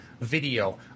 video